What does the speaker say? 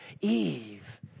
Eve